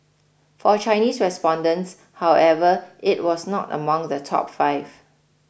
for Chinese respondents however it was not among the top five